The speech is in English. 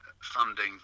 funding